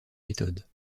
méthodes